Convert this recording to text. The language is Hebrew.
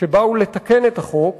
שנועדו לתקן את החוק